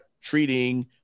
treating